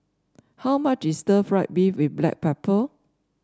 how much is Stir Fried Beef with Black Pepper